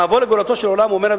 במבוא לגאולתו של עולם הוא אומר,